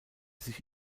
sich